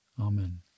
Amen